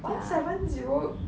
one seven zero